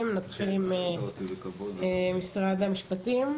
משרד המשפטים.